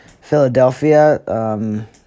Philadelphia